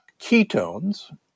ketones